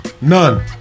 None